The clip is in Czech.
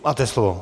Máte slovo.